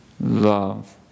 love